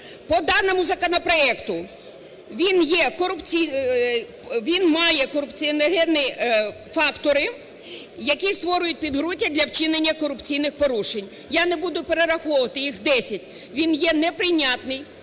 По даному законопроекту, він є корупційним… він має корупціогенні фактори, які створюють підґрунтя для вчинення корупційних порушень. Я не буду перераховувати, їх 10. Він є неприйнятний.